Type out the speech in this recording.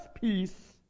peace